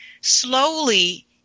slowly